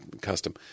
custom